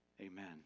Amen